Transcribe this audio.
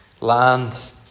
land